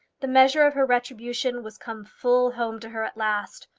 the measure of her retribution was come full home to her at last!